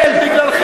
יותר.